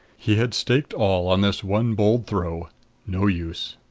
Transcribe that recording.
he had staked all on this one bold throw no use.